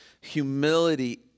humility